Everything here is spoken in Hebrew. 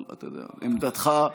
אבל, אתה יודע, עמדתך,